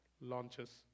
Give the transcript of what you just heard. launches